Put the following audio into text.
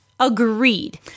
agreed